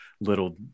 little